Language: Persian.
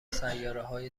سیارههای